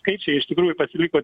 skaičiai iš tikrųjų pasiliko